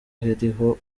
hariho